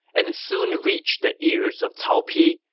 and it soon reached the ears of cao pi,